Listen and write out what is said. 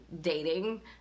dating